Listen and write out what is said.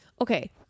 okay